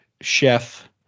chef